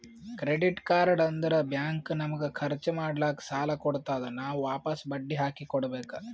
credit card ಅಂದುರ್ bank ನಮಗ ಖರ್ಚ್ ಮಾಡ್ಲಾಕ್ ಸಾಲ ಕೊಡ್ತಾದ್, ನಾವ್ ವಾಪಸ್ ಬಡ್ಡಿ ಹಾಕಿ ಕೊಡ್ಬೇಕ